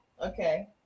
Okay